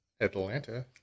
Atlanta